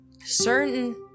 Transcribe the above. certain